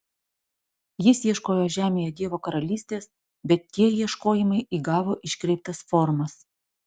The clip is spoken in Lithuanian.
jis ieškojo žemėje dievo karalystės bet tie ieškojimai įgavo iškreiptas formas